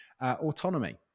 Autonomy